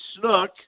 snook